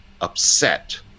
upset